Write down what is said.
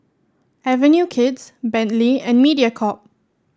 Avenue Kids Bentley and Mediacorp